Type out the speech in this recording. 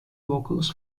vocals